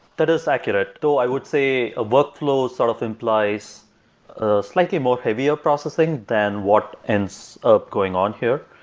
that is accurate, though i would say workflows sort of implies slightly more heavier processing than what ends up going on here.